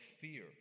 fear